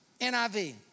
NIV